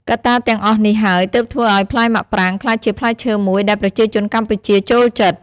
កត្តាទាំងអស់នេះហើយទើបធ្វើឲ្យផ្លែមាក់ប្រាងក្លាយជាផ្លែឈើមួយដែលប្រជាជនកម្ពុជាចូលចិត្ត។